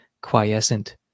quiescent